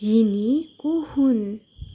यिनी को हुन्